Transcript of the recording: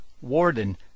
Warden